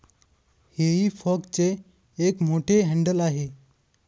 हेई फॉकचे एक मोठे हँडल आहे